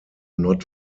not